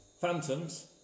Phantoms